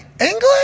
England